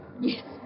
Yes